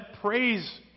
praise